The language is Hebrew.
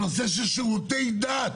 הנושא של שירותי דת,